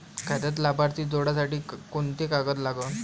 खात्यात लाभार्थी जोडासाठी कोंते कागद लागन?